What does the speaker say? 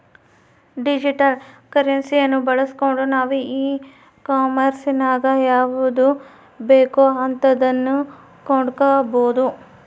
digital ಕರೆನ್ಸಿಯನ್ನ ಬಳಸ್ಗಂಡು ನಾವು ಈ ಕಾಂಮೆರ್ಸಿನಗ ಯಾವುದು ಬೇಕೋ ಅಂತದನ್ನ ಕೊಂಡಕಬೊದು